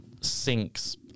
sinks